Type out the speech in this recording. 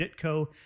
Ditko